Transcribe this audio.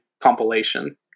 compilation